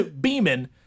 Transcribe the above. Beeman